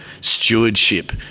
stewardship